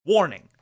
Warning